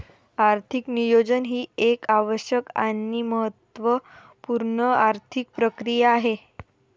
आर्थिक नियोजन ही एक आवश्यक आणि महत्त्व पूर्ण आर्थिक प्रक्रिया आहे